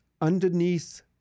underneath